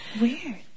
Weird